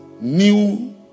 new